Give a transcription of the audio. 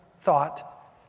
thought